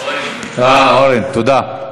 אורן, תודה.